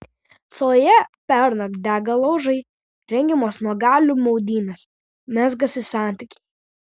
saloje pernakt dega laužai rengiamos nuogalių maudynės mezgasi santykiai